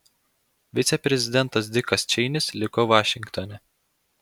viceprezidentas dikas čeinis liko vašingtone